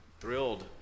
thrilled